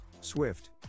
Swift